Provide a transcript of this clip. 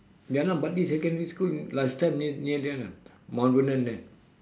ya lah bartley secondary school last time near near there lah mount vernon there